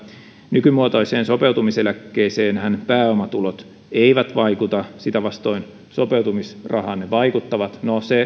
nykymuotoiseen sopeutumiseläkkeeseenhän pääomatulot eivät vaikuta sitä vastoin sopeutumisrahaan ne vaikuttavat no